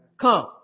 Come